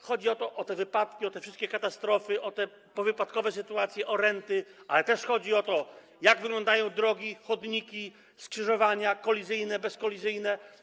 Chodzi o te wypadki, o te wszystkie katastrofy, o te powypadkowe sytuacje, o renty, ale też chodzi o to, jak wyglądają drogi, chodniki, skrzyżowania kolizyjne, bezkolizyjne.